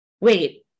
wait